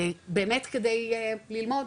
באמת כדי ללמוד